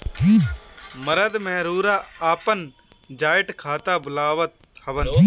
मरद मेहरारू आपन जॉइंट खाता खुलवावत हवन